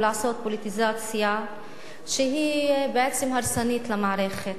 ולעשות פוליטיזציה שהיא בעצם הרסנית למערכת.